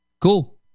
Cool